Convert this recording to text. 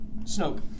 Snoke